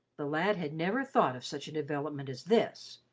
the lad had never thought of such a development as this.